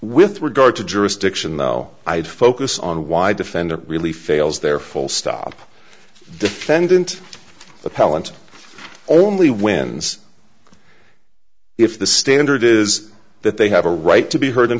with regard to jurisdiction though i'd focus on why defendant really fails there full stop defendant appellant only wins if the standard is that they have a right to be heard in